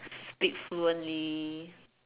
speak fluently